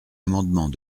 amendement